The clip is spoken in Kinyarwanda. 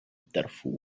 darfur